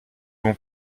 bon